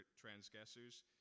transgressors